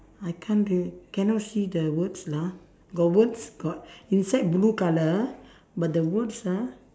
I can't ge~ cannot see the words lah got words got inside blue colour but the words ah